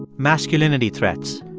masculinity threats.